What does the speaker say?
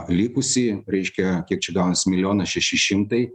likusi reiškia kiek čia gaunas milijonas šeši šimtai